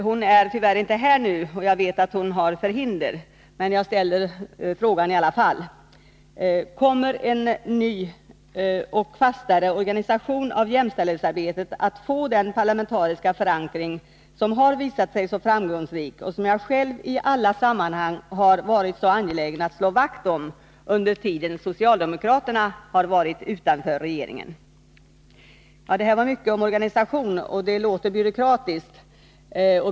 Hon är tyvärr inte här nu, och jag vet att hon har förhinder, men jag ställer frågan ändå: Kommer en ny och fastare organisation av jämställdhetsarbetet att få den parlamentariska förankring som har visat sig så framgångsrik och som jag själv i alla sammanhang varit så angelägen att slå vakt om under den tid då socialdemokraterna befann sig utanför regeringen? Det här var mycket om organisation, och det låter byråkratiskt.